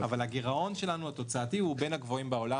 אבל הגירעון התוצאתי שלנו הוא בין הגבוהים בעולם.